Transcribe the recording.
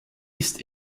ist